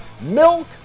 Milk